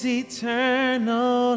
eternal